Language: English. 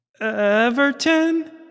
Everton